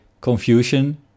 confusion